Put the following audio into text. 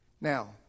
Now